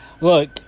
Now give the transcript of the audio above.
Look